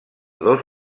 dos